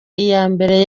iyambere